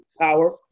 power